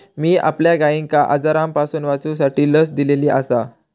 मी आपल्या गायिंका आजारांपासून वाचवूसाठी लस दिलेली आसा